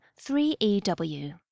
3EW